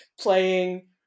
playing